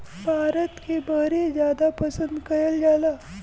भारत के बहरे जादा पसंद कएल जाला